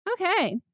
Okay